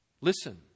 Listen